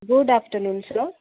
good afternoon sir